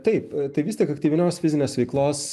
taip a tai vis tiek aktyvinios fizinės veiklos